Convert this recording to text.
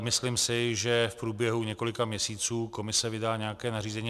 Myslím si, že v průběhu několika měsíců komise vydá nějaké nařízení.